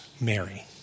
Mary